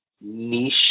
niche